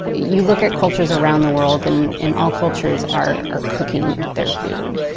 but you look at cultures around the world and and all cultures are are cooking their food.